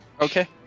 Okay